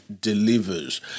delivers